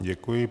Děkuji.